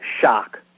shock